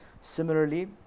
Similarly